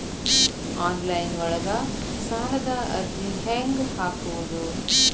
Online ಒಳಗ ಸಾಲದ ಅರ್ಜಿ ಹೆಂಗ್ ಹಾಕುವುದು?